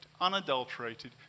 unadulterated